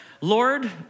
Lord